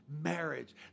marriage